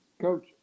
Coach